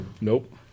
Nope